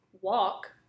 walk